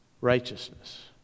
righteousness